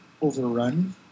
overrun